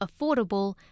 affordable